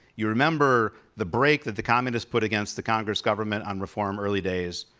you remember the break that the communists put against the congress government on reform early days,